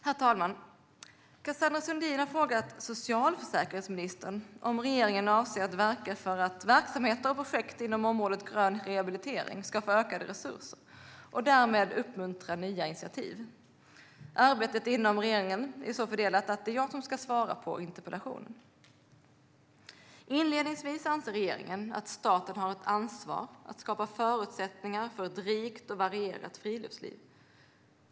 Herr talman! Cassandra Sundin har frågat socialförsäkringsministern om regeringen avser att verka för att verksamheter och projekt inom området grön rehabilitering ska få ökade resurser och därmed uppmuntra nya initiativ. Arbetet inom regeringen är så fördelat att det är jag som ska svara på interpellationen. Inledningsvis anser regeringen att staten har ett ansvar att skapa förutsättningar för ett rikt och varierat friluftsliv.